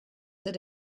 that